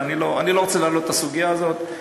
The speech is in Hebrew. אבל אני לא רוצה להעלות את הסוגיה הזאת.